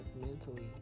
mentally